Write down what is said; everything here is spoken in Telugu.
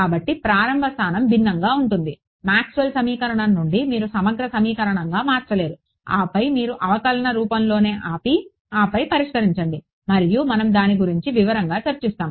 కాబట్టి ప్రారంభ స్థానం భిన్నంగా ఉంటుంది మాక్స్వెల్ సమీకరణం నుండి మీరు సమగ్ర సమీకరణంగా మార్చలేరు ఆపై మీరు అవకలన రూపంలోనే ఆపి ఆపై పరిష్కరించండి మరియు మనం దాని గురించి వివరంగా చర్చిస్తాము